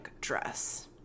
dress